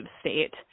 state